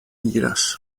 iras